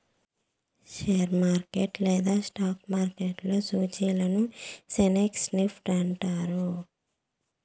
share market లేదా stock మార్కెట్లో సూచీలని సెన్సెక్స్ నిఫ్టీ అంటారు